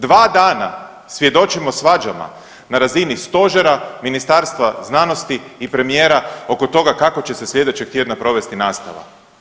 Dva dana svjedočimo svađama na razini stožera, Ministarstva znanosti i premijera oko toga kako će se sljedećeg tjedna provesti nastava.